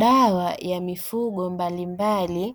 Dawa ya mifugo mbalimbali